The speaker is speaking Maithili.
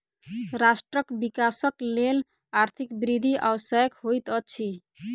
राष्ट्रक विकासक लेल आर्थिक वृद्धि आवश्यक होइत अछि